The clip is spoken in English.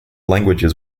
languages